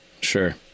sure